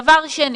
דבר שני,